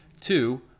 two